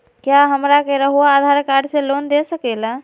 क्या हमरा के रहुआ आधार कार्ड से लोन दे सकेला?